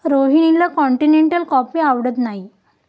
रोहिणीला continental coffee आवडत नाही